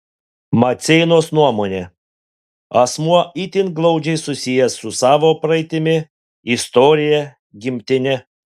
maceinos nuomone asmuo itin glaudžiai susijęs su savo praeitimi istorija gimtine